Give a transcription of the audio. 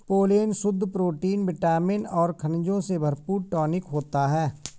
pollen शुद्ध protein vitamin और खनिजों से भरपूर टॉनिक होता है